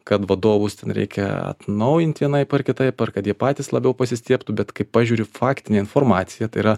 kad vadovus reikia atnaujinti vienaip ar kitaip ar kad jie patys labiau pasistiebtų bet kai pažiūriu faktinę informaciją tai yra